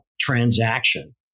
transaction